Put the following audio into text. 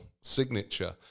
signature